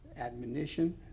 admonition